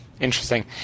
Interesting